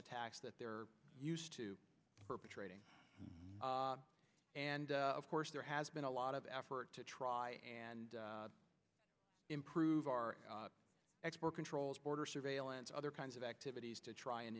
attacks that they're used to perpetrating and of course there has been a lot of effort to try and improve our export controls border surveillance other kinds of activities to try and